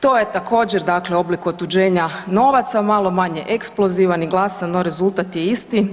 To je također dakle oblik otuđenja novaca malo manje eksplozivan i glasan, no rezultat je isti.